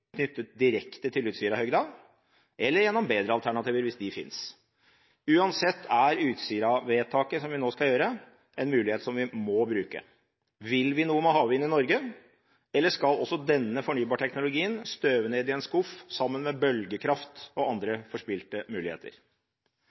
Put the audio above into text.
knyttet direkte til Utsirahøyden, eller gjennom bedre alternativer, hvis de finnes. Uansett er Utsira-vedtaket vi nå skal gjøre, en mulighet vi må bruke. Vil vi noe med havvind i Norge, eller skal også denne fornybarteknologien støve ned i en skuff sammen med bølgekraft og andre forspilte muligheter?